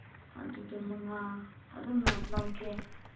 ꯑꯗꯨꯗꯨ ꯃꯉꯥ ꯑꯗꯨꯝꯅ ꯂꯧꯒꯦ